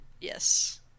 Yes